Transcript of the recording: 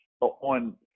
on